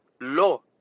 law